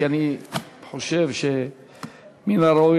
כי אני חושב שמן הראוי,